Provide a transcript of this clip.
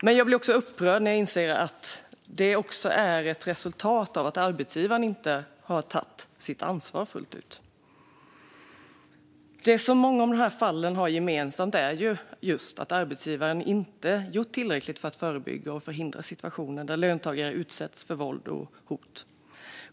Men jag blir upprörd när jag inser att det också är ett resultat av att arbetsgivaren inte har tagit sitt ansvar fullt ut. Det som många av dessa fall har gemensamt är just att arbetsgivaren inte har gjort tillräckligt för att förebygga och förhindra situationer där löntagare utsätts för våld och hot.